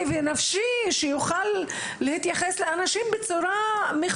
ונפשי כדי שהוא יוכל להתייחס לאנשים בכבוד.